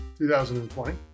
2020